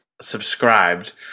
subscribed